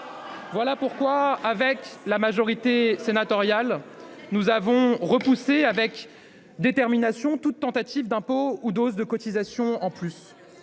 Voilà pourquoi, avec la majorité sénatoriale, nous avons repoussé avec détermination toute tentative d'instaurer de nouveaux impôts